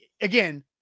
again